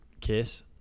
kiss